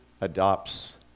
adopts